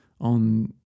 on